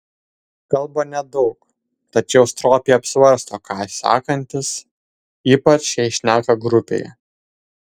kalba nedaug tačiau stropiai apsvarsto ką sakantis ypač jei šneka grupėje